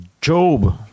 Job